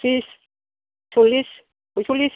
थ्रिस स'ल्लिस फयस'ल्लिस